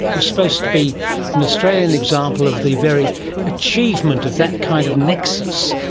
were supposed to be an australian example of the very achievement of that kind of nexus.